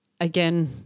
again